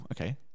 okay